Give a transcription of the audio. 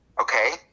okay